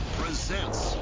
presents